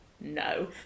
no